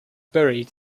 buried